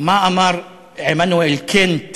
מה אמר עמנואל קאנט